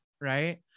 right